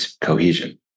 cohesion